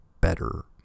better